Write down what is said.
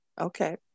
Okay